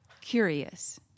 curious